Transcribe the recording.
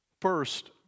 First